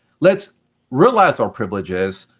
let's realise our privileges,